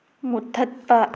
ꯃꯨꯊꯠꯄ